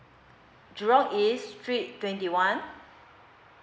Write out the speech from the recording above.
jurong east street twenty one